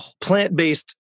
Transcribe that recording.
plant-based